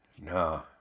No